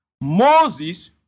moses